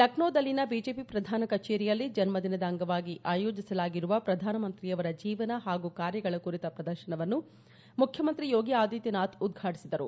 ಲಕ್ನೋದಲ್ಲಿನ BJP ಪ್ರಧಾನ ಕಛೇರಿಯಲ್ಲಿ ಜನ್ದಿನದ ಅಂಗವಾಗಿ ಆಯೋಜಿಸಲಾಗಿರುವ ಪ್ರಧಾನಮಂತ್ರಿಯವರ ಜೀವನ ಹಾಗೂ ಕಾರ್ಯಗಳ ಕುರಿತ ಪ್ರದರ್ಶನವನ್ನು ಮುಖ್ಯಮಂತ್ರಿ ಯೋಗಿ ಆದಿತ್ಯನಾಥ್ ಉದ್ಘಾಟಿಸಿದರು